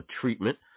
treatment